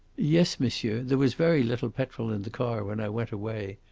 yes, monsieur there was very little petrol in the car when i went away.